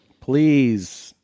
Please